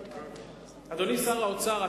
אדוני שר האוצר,